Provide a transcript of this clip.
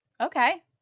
Okay